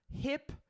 hip-